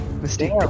Mistake